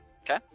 okay